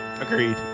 Agreed